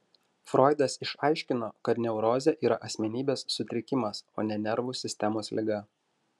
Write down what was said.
froidas išaiškino kad neurozė yra asmenybės sutrikimas o ne nervų sistemos liga